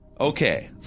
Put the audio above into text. Okay